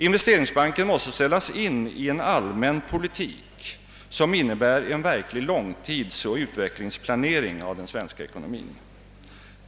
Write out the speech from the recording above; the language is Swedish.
Investeringsbanken måste ställas in i en allmän politik, som innebär en verklig långtidsoch utvecklingsplanering av den svenska ekonomin.